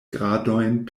gradojn